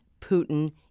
Putin